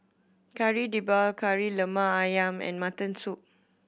Kari Debal Kari Lemak Ayam and mutton soup